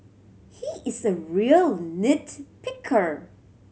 he is a real nit picker